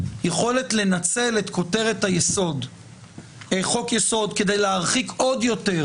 יכולת לנצל את כותרת "חוק יסוד" כדי להרחיק עוד יותר